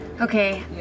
Okay